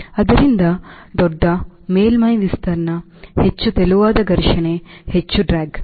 ಆದ್ದರಿಂದ ದೊಡ್ಡ ಮೇಲ್ಮೈ ವಿಸ್ತೀರ್ಣ ಹೆಚ್ಚು ತೆಳುವಾದ ಘರ್ಷಣೆ ಹೆಚ್ಚು ಡ್ರ್ಯಾಗ್